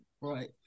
Right